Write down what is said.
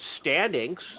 standings